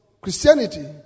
Christianity